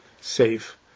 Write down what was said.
safe